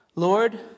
Lord